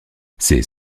ces